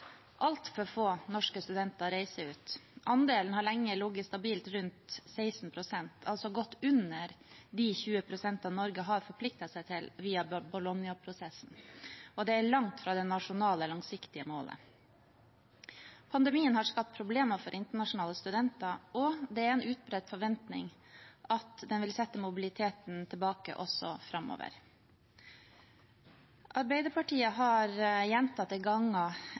Altfor få norske studenter reiser ut. Andelen har lenge ligget stabilt rundt 16 pst., altså godt under de 20 pst. Norge har forpliktet seg til via Bologna-prosessen, og det er langt fra det nasjonale langsiktige målet. Pandemien har skapt problemer for internasjonale studenter, og det er en utbredt forventning at den vil sette mobiliteten tilbake også framover. Arbeiderpartiet har gjentatte ganger